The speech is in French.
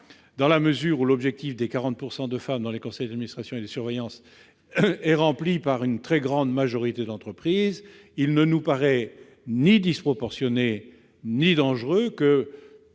Dans la mesure où la règle des 40 % de femmes dans les conseils d'administration et de surveillance est respectée par une très grande majorité d'entreprises, il ne nous paraît ni disproportionné ni dangereux que